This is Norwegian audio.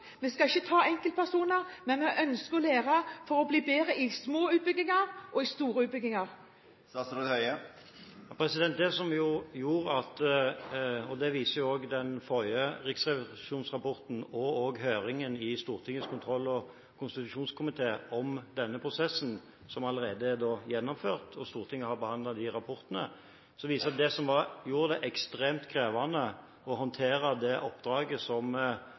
vi skal ikke ta enkeltpersoner, men vi ønsker å lære for å bli bedre i små og i store utbygginger? Den forrige riksrevisjonsrapporten og også høringen i Stortingets kontroll- og konstitusjonskomité om denne prosessen som allerede er gjennomført – og Stortinget har behandlet de rapportene – viser at det som gjorde det ekstremt krevende å håndtere det oppdraget som